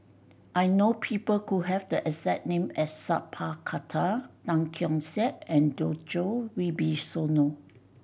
I know people who have the exact name as Sat Pal Khattar Tan Keong Saik and Djoko Wibisono